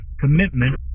commitment